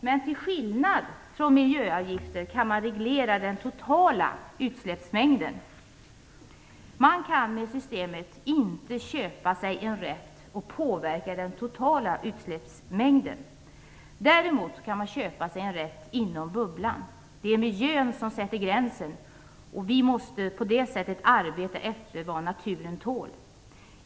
Men till skillnad från miljöavgifter kan man här reglera den totala utsläppsmängden. Med detta system kan man inte köpa sig en rätt och påverka den totala utsläppsmängden. Däremot kan man köpa sig en rätt inom "bubblan". Det är miljön som sätter gränsen, och vi måste på det sättet arbeta efter vad naturen tål.